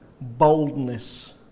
boldness